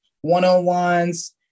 one-on-ones